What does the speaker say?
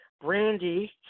Brandy